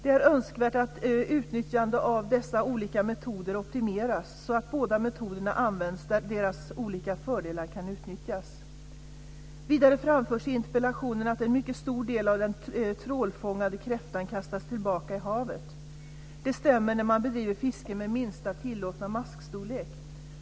Det är önskvärt att utnyttjande av dessa olika metoder optimeras så att båda metoderna används där deras olika fördelar kan utnyttjas. Vidare framförs i interpellationen att en mycket stor del av den trålfångade kräftan kastas tillbaka i havet. Detta stämmer när man bedriver fiske med minsta tillåtna maskstorlek.